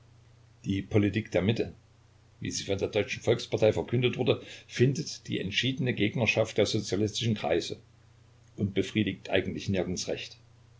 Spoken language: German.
die politik der mitte wie sie von der deutschen volkspartei verkündet wurde findet die entschiedene gegnerschaft der sozialistischen kreise und befriedigt eigentlich nirgends recht